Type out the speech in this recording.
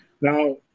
Now